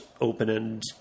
open-end